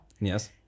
Yes